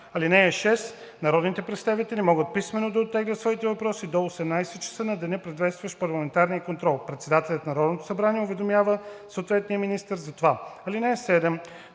(6) Народните представители могат писмено да оттеглят своите въпроси до 18,00 ч. на деня, предшестващ парламентарния контрол. Председателят на Народното събрание уведомява съответния министър за това. (7)